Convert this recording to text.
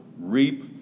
reap